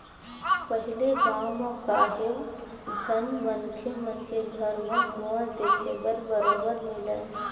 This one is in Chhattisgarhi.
पहिली गाँव म काहेव झन मनखे मन के घर म कुँआ देखे बर बरोबर मिलय